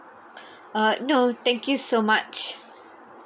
uh no thank you so much